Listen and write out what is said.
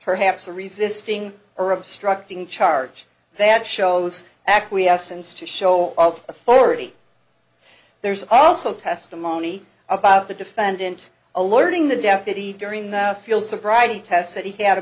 perhaps a resisting or obstructing charge that shows acquiescence to show all authority there's also testimony about the defendant alerting the deputy during the field sobriety tests that he had a